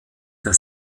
der